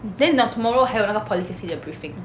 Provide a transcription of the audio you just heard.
then 你懂 tomorrow 还有那个 poly C_C 的 briefing